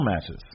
matches